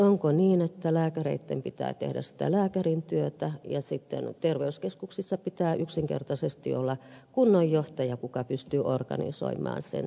onko niin että lääkäreitten pitää tehdä sitä lääkärintyötä ja sitten terveyskeskuksissa pitää yksinkertaisesti olla kunnon johtaja joka pystyy organisoimaan sen työn